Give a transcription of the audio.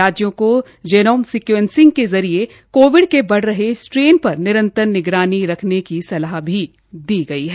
राज्यों को genome sequencing के जरिये कोविड के बढ़ रहे स्ट्रेन पर निरंतर निगरानी रखने की सलाह दी गई है